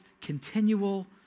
continual